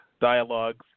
dialogues